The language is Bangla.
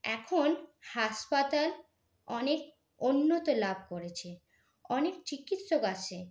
এখন হাসপাতাল অনেক উন্নত লাভ করেছে অনেক চিকিৎসক আছে